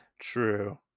True